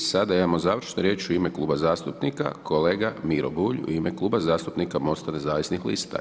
I sada imamo završnu riječ u ime Kluba zastupnika kolega Miro Bulj u ime Kluba zastupnika MOST-a nezavisnih lista.